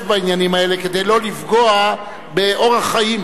בעניינים האלה כדי שלא לפגוע באורח חיים.